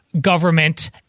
government